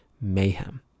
mayhem